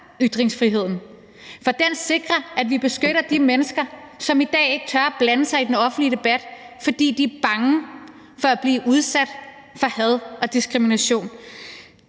ytringsfriheden. For den sikrer, at vi beskytter de mennesker, som i dag ikke tør blande sig i den offentlige debat, fordi de er bange for at blive udsat for had og diskrimination.